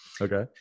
Okay